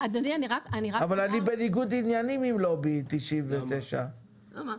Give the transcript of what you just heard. אבל אני בניגוד עניינים עם לובי 99. למה?